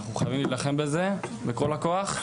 אנחנו חייבים להילחם בזה בכל הכוח,